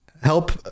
help